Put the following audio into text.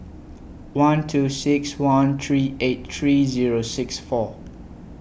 one two six one three eight three Zero six four